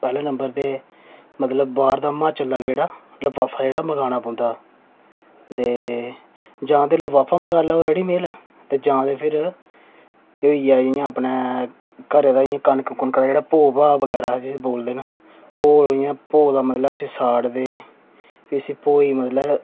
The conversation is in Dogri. पैह्ले नंबर ते मतलब बाहर दा हिमाचल दा जेह्ड़ा लफाफा जेह्ड़ा मंगाना पौंदा ते जां ते लफाफा मंगाई लेओ रेडीमेड ते जां ते फिर एह् होई गेआ अपने जां भी घरै दा होई गेआ भो जिसी बोलदे न भौ भौ मतलब उसी साड़दे ते प्ही उसी भो गी मतलब